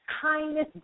kindness